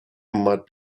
might